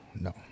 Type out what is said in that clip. no